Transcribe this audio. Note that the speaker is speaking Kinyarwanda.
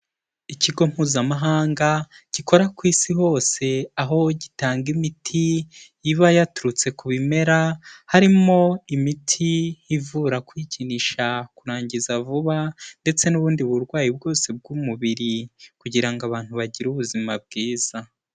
Ikigo mpuzamahanga gikora ku Isi hose, aho gitanga imiti iba yaturutse ku bimera, harimo imiti ivura kwikinisha, kurangiza vuba ndetse n'ubundi burwayi bwose bw'umubiri, kugira ngo abantu bagire ubuzima bwiza.